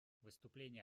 выступления